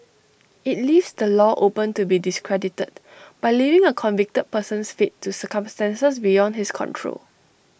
IT leaves the law open to be discredited by leaving A convicted person's fate to circumstances beyond his control